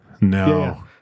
No